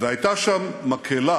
והייתה שם מקהלה